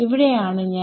ഇവിടെ ആണ് ഞാൻ